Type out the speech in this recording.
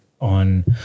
on